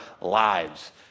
lives